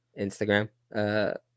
Instagram